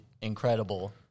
incredible